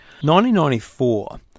1994